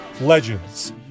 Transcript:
legends